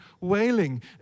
wailing